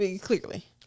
Clearly